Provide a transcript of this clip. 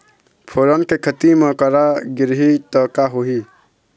फोरन के खेती म करा गिरही त का होही?